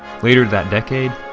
later that decade,